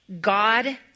God